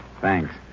Thanks